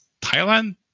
Thailand